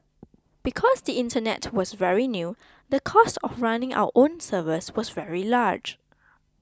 because the internet was very new the cost of running our own servers was very large